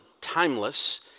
timeless